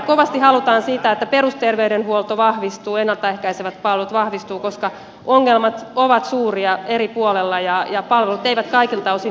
kovasti halutaan sitä että perusterveydenhuolto vahvistuu ennalta ehkäisevät palvelut vahvistuvat koska ongelmat ovat suuria eri puolella ja palvelut eivät kaikilta osin toimi